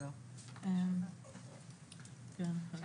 כן.